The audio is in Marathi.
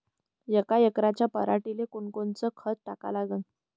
यका एकराच्या पराटीले कोनकोनचं खत टाका लागन?